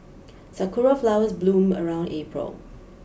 sakura flowers bloom around April